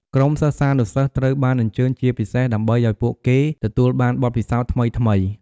ក្រុមសិស្សានុសិស្សត្រូវបានអញ្ជើញជាពិសេស ដើម្បីអោយពួកគេទទួលបានបទពិសោធន៍ថ្មីៗ។